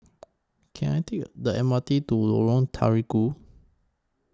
Can I Take A The M R T to Lorong Terigu